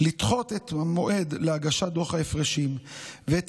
לדחות את המועד להגשת דוח ההפרשים ואת